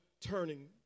turning